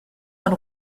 man